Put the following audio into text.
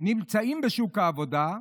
נמצאים בשוק העבודה,